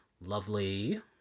lovely